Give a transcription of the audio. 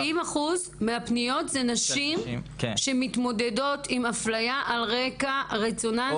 40% מהפניות זה נשים שמתמודדות עם אפליה על רקע רצונן?